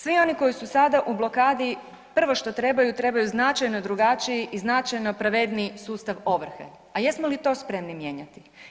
Svi oni koji su sada u blokadi prvo što trebaju, trebaju značajno drugačiji i značajno pravedniji sustav ovrhe, a jesmo li to spremni mijenjati?